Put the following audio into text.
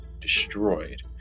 destroyed